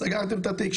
סגרתם את התיק,